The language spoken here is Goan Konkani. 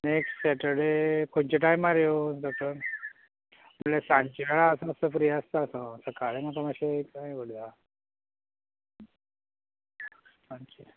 नेक्स्ट सेटर्डे खंयच्या टायमार येवं डॉक्टर म्हळ्यार सांजच्या असे फ्री आसता असो सकाळी म्हाका मातशें काम येयल्या सांजचे